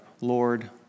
Lord